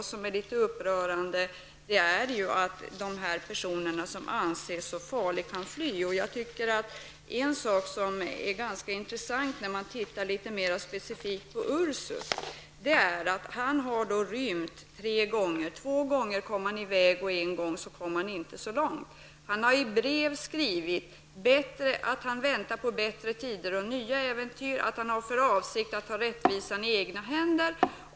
Det som är litet upprörande är ju att dessa personer, som anses så farliga, kan fly. Jag tycker att det är ganska intressant att Ursut har rymt tre gånger. Två gånger kom han i väg, men en gång kom han inte så långt. Han har i brev skrivit att han väntar på bättre tider och nya äventyr och att han har för avsikt att ta rättvisan i egna händer.